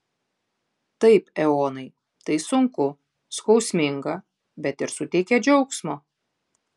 taip eonai tai sunku skausminga bet ir suteikia džiaugsmo